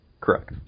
correct